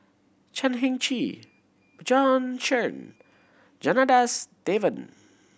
Chan Heng Chee Bjorn Shen Janadas Devan